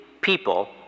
people